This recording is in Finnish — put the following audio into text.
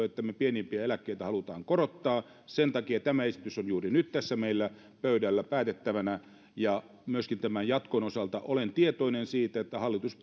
että me pienimpiä eläkkeitä haluamme korottaa sen takia tämä esitys on juuri nyt tässä meillä pöydällä päätettävänä myöskin tämän jatkon osalta olen tietoinen siitä että hallitus